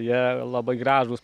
jie labai gražūs